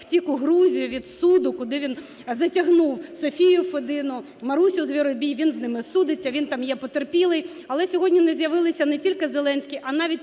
втік у Грузію від суду, куди він затягнув Софію Федину, Марусю Звіробій, він з ними судиться, він там є потерпілий. Але сьогодні не з'явилися не тільки Зеленський, а навіть